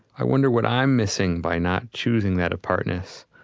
i wonder what i'm missing by not choosing that apartness.